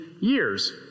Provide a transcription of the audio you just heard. years